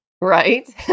Right